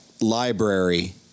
library